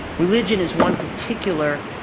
religion is one particular,